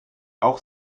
auch